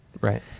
Right